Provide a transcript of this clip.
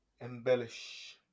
embellish